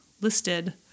listed